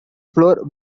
floor